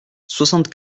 soixante